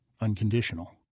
unconditional